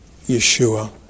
Yeshua